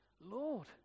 Lord